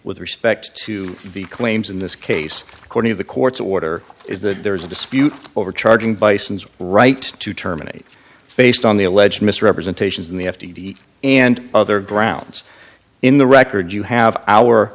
with respect to the claims in this case according to the court's order is that there is a dispute over charging bisons right to terminate based on the alleged misrepresentations in the f t v and other grounds in the record you have our